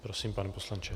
Prosím, pane poslanče.